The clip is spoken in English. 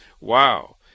Wow